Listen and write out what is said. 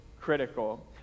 critical